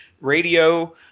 Radio